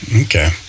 okay